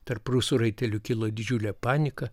tarp rusų raitelių kilo didžiulė panika